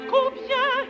Combien